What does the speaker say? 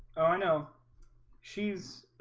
oh, i know she's